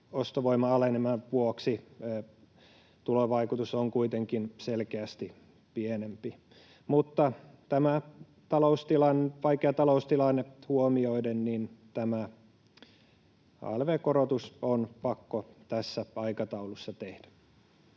ostovoiman aleneman vuoksi tulovaikutus on kuitenkin selkeästi pienempi. Mutta tämä vaikea taloustilanne huomioiden tämä alv-korotus on pakko tässä aikataulussa tehdä.